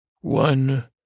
one